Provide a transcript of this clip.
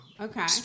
okay